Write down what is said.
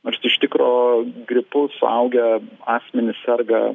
nors iš tikro gripu suaugę asmenys serga